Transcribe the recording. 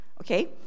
Okay